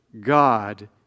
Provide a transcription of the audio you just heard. God